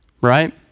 Right